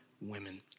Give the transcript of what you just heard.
women